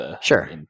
Sure